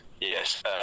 Yes